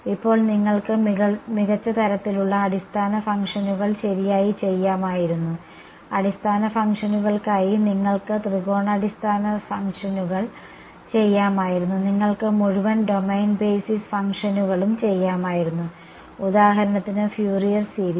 ഇപ്പോൾ നിങ്ങൾക്ക് മികച്ച തരത്തിലുള്ള അടിസ്ഥാന ഫംഗ്ഷനുകൾ ശരിയായി ചെയ്യാമായിരുന്നു അടിസ്ഥാന ഫംഗ്ഷനുകൾക്കായി നിങ്ങൾക്ക് ത്രികോണ അടിസ്ഥാന ഫംഗ്ഷനുകൾ ചെയ്യാമായിരുന്നു നിങ്ങൾക്ക് മുഴുവൻ ഡൊമെയ്ൻ ബേസിസ് ഫംഗ്ഷനുകളും ചെയ്യാമായിരുന്നു ഉദാഹരണത്തിന് ഫ്യൂറിയർ സീരീസ്